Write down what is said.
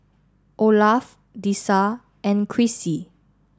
Olaf Dessa and Crissy